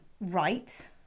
right